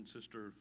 Sister